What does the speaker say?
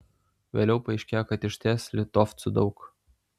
vėliau paaiškėjo kad išties litovcų daug